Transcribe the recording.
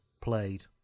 played